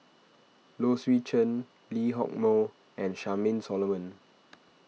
Low Swee Chen Lee Hock Moh and Charmaine Solomon